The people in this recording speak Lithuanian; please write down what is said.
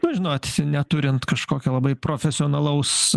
nu žinot neturint kažkokio labai profesionalaus